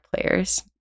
Players